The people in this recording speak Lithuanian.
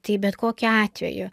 tai bet kokiu atveju